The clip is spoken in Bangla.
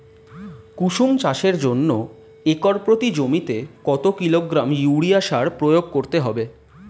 কুসুম চাষের জন্য একর প্রতি জমিতে কত কিলোগ্রাম ইউরিয়া সার প্রয়োগ করতে হবে?